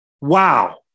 Wow